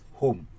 home